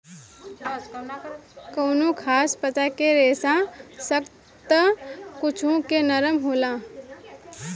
कवनो खास पता के रेसा सख्त त कुछो के नरम होला